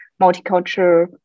multicultural